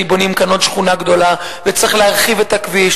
כי בונים כאן עוד שכונה גדולה וצריך להרחיב את הכביש.